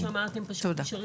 תודה